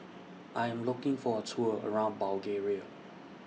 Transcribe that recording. I Am looking For A Tour around Bulgaria